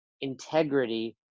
integrity